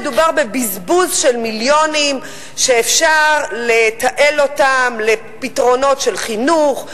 מדובר בבזבוז של מיליונים שאפשר לתעל אותם לפתרונות של חינוך,